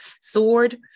sword